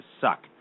Suck